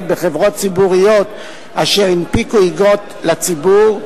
בחברות ציבוריות אשר הנפיקו מניות לציבור,